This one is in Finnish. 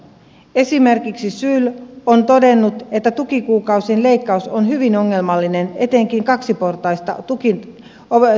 esimerkiksi syl on todennut että tukikuukausien leikkaus on hyvin ongelmallinen etenkin kaksiportaista tutkintojärjestelmää ajatellen